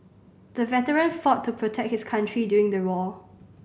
the veteran fought to protect his country during the war